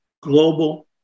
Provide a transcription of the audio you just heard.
global